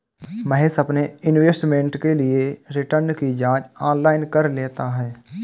महेश अपने इन्वेस्टमेंट के लिए रिटर्न की जांच ऑनलाइन कर लेता है